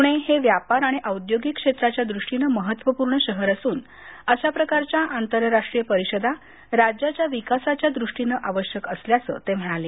पुणे हे व्यापार आणि औद्योगिक क्षेत्राच्या दृष्टीनं महत्वपूर्ण शहर असून अशा प्रकारच्या आंतर राष्ट्रीय परिषदा राज्याच्या विकासाच्या दृष्टीनं आवश्यक असल्याच ते म्हणाले